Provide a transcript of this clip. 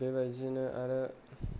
बे बायदिनो आरो